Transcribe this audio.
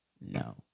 No